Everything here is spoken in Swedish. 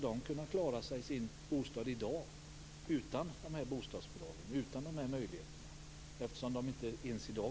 De kan ju inte leva på sin lön ens i dag.